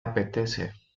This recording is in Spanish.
apetece